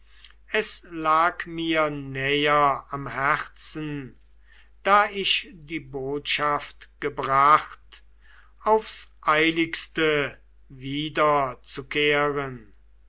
es lag mir näher am herzen da ich die botschaft gebracht aufs eiligste wiederzukehren